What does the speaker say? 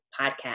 podcast